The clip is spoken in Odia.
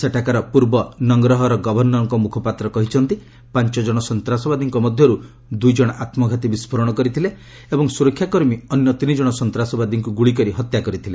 ସେଠାକାର ପୂର୍ବ ନଙ୍ଗରହର ଗଭର୍ଷରଙ୍କ ମୁଖପାତ୍ର କହିଛନ୍ତି ପାଞ୍ଚ ଜଣ ସନ୍ତାସବାଦୀଙ୍କ ମଧ୍ୟରୁ ଦୁଇ ଜଣ ଆତ୍ମଘାତି ବିସ୍କୋରଣ କରିଥିଲେ ଏବଂ ସୁରକ୍ଷା କର୍ମୀ ଅନ୍ୟ ତିନି ଜଣ ସନ୍ତାସବାଦୀକୁ ଗୁଳି କରି ହତ୍ୟା କରିଥିଲେ